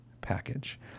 package